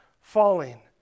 falling